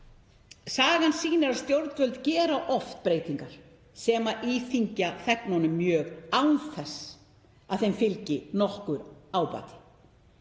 Sagan sýnir að stjórnvöld gera oft breytingar sem íþyngja þegnunum mjög án þess að þeim fylgi nokkur ábati.